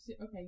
Okay